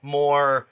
more